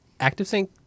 ActiveSync